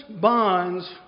bonds